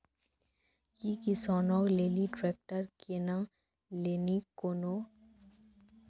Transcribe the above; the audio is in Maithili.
कि किसानो लेली ट्रैक्टर किनै लेली कोनो विशेष योजना छै?